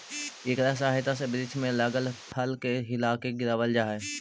इकरा सहायता से वृक्ष में लगल फल के हिलाके गिरावाल जा हई